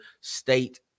State